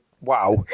wow